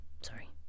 sorry